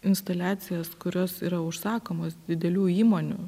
instaliacijas kurios yra užsakomos didelių įmonių